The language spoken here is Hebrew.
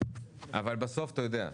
אבל בסוף אתה יודע,